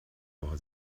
woche